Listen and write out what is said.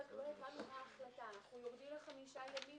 חמישה ימים.